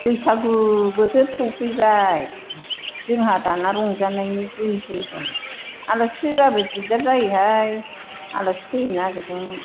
बैसागु बोथोर सफैबाय जोंहा दाना रंजानायनि दिन फैबाय आलासि फैबाबो दिग्दार जायोहाय आलासि फैनो नागिरदोंमोन